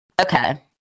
Okay